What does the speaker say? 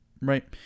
right